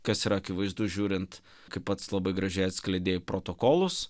kas yra akivaizdu žiūrint kaip pats labai gražiai atskleidei protokolus